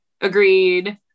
Agreed